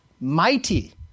mighty